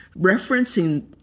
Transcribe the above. referencing